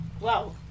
wow